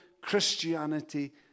Christianity